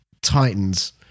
Titans